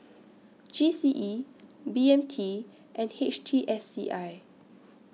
G C E B M T and H T S C I